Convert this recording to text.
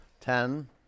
Ten